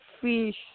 fish